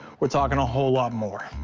we're talking a whole lot more,